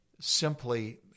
simply